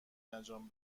انجام